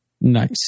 Nice